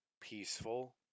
peaceful